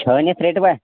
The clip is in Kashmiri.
چھٲنِتھ رٔٹۍوا